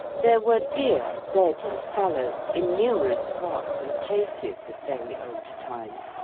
there were deer, red and fallow, in numerous parks and chases of very old time,